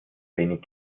wenig